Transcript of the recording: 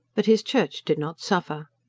but his church did not suffer.